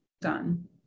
done